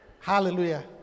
Hallelujah